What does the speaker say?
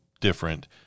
different